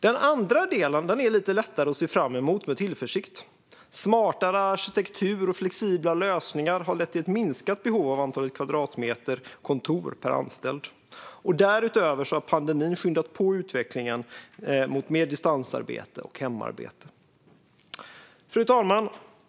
Den andra delen är det lite lättare att se fram emot med tillförsikt. Smartare arkitektur och flexibla lösningar har lett till ett minskat behov vad gäller antalet kvadratmeter kontor per anställd. Därutöver har pandemin skyndat på utvecklingen mot mer distansarbete och hemarbete. Fru talman!